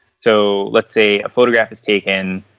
so let's say a photograph is taken,